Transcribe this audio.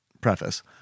preface